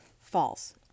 False